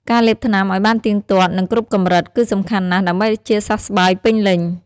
ការលេបថ្នាំឱ្យបានទៀងទាត់ និងគ្រប់កម្រិត គឺសំខាន់ណាស់ដើម្បីជាសះស្បើយពេញលេញ។